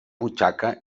butxaca